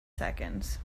seconds